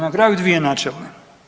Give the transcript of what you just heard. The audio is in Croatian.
Na kraju dvije načelne.